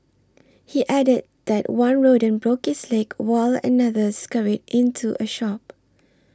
he added that one rodent broke its leg while another scurried into a shop